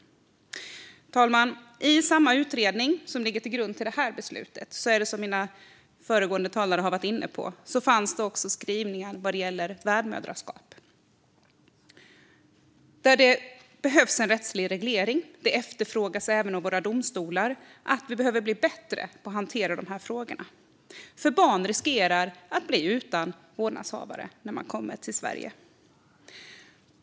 Fru talman! I samma utredning som ligger till grund för det här beslutet är det som föregående talare har varit inne på så att det också finns skrivningar om värdmoderskap. Där behövs en rättslig reglering. Det efterfrågas även av våra domstolar. Vi behöver bli bättre på att hantera de här frågorna, för barn riskerar att bli utan vårdnadshavare när de kommer till Sverige.